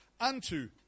unto